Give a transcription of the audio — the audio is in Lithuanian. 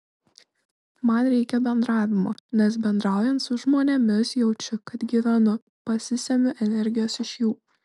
man reikia bendravimo nes bendraujant su žmonėmis jaučiu kad gyvenu pasisemiu energijos iš jų